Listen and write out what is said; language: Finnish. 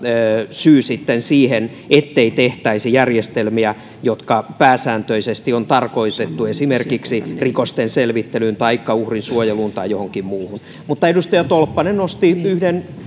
syy sitten siihen ettei tehtäisi järjestelmiä jotka pääsääntöisesti on tarkoitettu esimerkiksi rikosten selvittelyyn taikka uhrin suojeluun tai johonkin muuhun edustaja tolppanen nosti yhden